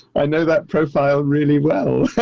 i know that profile really well.